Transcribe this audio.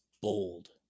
bold